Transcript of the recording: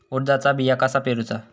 उडदाचा बिया कसा पेरूचा?